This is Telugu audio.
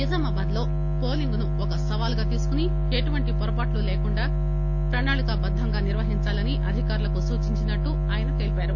నిజామాబాద్ లో పోలింగ్ ను క సవాలుగా తీసుకొని ఎటువంటి పొరపాట్లు లేకుండా ప్రణాళికా బద్దంగా నిర్వహించాలని అధికారులకు సూచించినట్లు ఆయన తెలియజేశారు